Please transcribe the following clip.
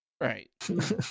Right